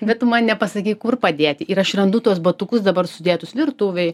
bet tu man nepasakei kur padėti ir aš randu tuos batukus dabar sudėtus virtuvėj